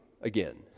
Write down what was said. again